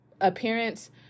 appearance